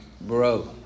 bro